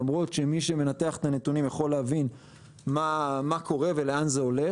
למרות שמי שמנתח את הנתונים יכול להבין מה קורה ולאן זה הולך.